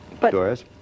Doris